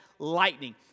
Lightning